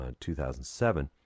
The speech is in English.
2007